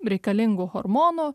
reikalingų hormonų